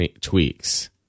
tweaks